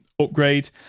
upgrade